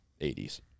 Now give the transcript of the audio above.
80s